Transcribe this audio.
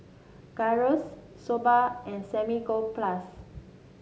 Gyros Soba and Samgyeopsal